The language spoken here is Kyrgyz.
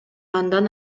андан